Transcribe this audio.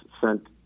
sent